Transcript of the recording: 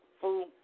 food